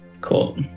cool